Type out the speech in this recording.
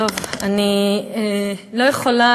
אני לא יכולה,